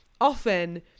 often